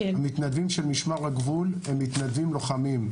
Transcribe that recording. המתנדבים של משמר הגבול הם מתנדבים לוחמים.